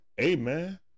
Amen